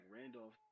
Randolph